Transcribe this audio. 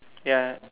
ya